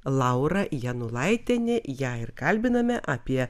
laura janulaitienė ją ir kalbiname apie